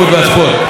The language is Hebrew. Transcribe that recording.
לסיום,